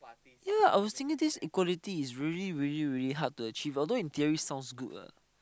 ya I was thinking this equality is really really really hard to achieve although in theory sounds good lah